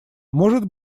может